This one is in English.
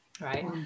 right